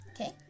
Okay